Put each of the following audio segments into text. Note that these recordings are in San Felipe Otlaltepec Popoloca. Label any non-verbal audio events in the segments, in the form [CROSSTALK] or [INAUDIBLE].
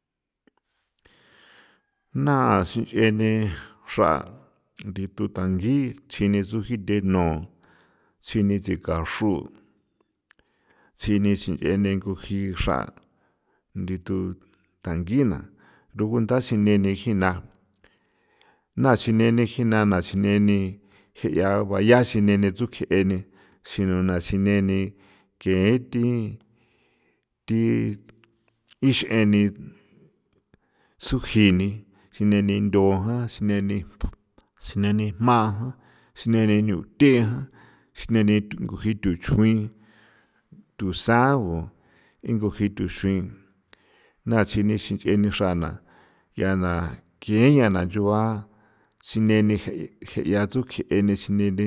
[NOISE] na sinch'e ne xra ndithu tangi chini tsuji theno tsjini tsika xru' tsjini sinch'e ne nguji xra' ndithu tangina rugunda sine ni jina na sine ni jina na sine ni je' ya baya sine ni tsukje eni xinuna sine ni ken thi, thi ix'eni suji ni sine ni ndo jan, sine ni [NOISE] sine ni jma jan, sine ni nuthe jan, sine ni thu nguji thuchjuin [NOISE] thunsan gu nguji thuchjuin na tsjini sinch'e ni xra na yaa naa ken ña na nchugua sine ni je' je' ya tsukje e ne sine ni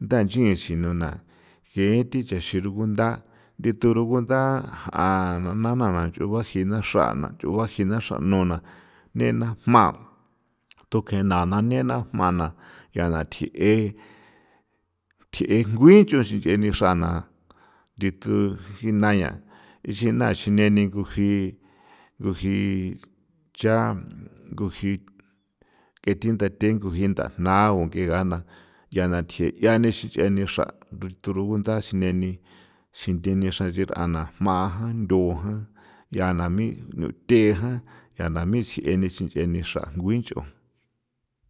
ndanchi xi nuna ge thi chexi rugunda nditho rugunda' ja na na nch'u bajina xra'na nch'ua bajina xra' nona nena jma' [NOISE] tokena na nena jma na ya na tji'e tji'e jngui nchu sinch'e ni xrana thithu jina 'ian ixina sine ni nguji nguji cha nguji k'e thindathe nguji ndajna o nk'e gana ya na thje' yane sinch'e xra turunda sineni sinthe ni xanchi r'ana a jan ndo ya na mi nuthe jan ya na mi si'e ni sinch'e ni xra' ngui nch'o.